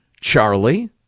Charlie